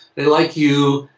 they like you,